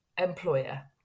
employer